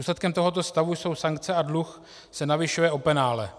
Důsledkem tohoto stavu jsou sankce a dluh se navyšuje o penále.